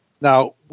Now